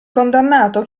condannato